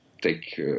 take